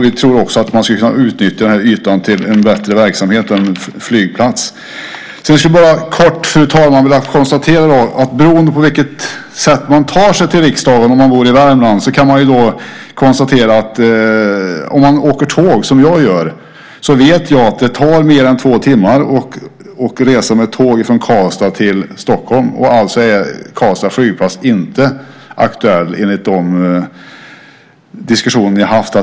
Vi tror att ytan skulle kunna utnyttjas till en bättre verksamhet än en flygplats. Fru talman! När det gäller sättet att ta sig till riksdagen om man bor i Värmland kan det konstateras att det, om man som jag åker tåg, tar mer än två timmar att resa från Karlstad till Stockholm. Alltså är Karlstad flygplats inte aktuell enligt de diskussioner som ni haft.